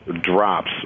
drops